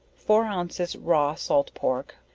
four ounces raw salt pork,